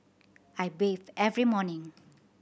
I bathe every morning